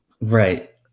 Right